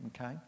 okay